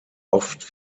oft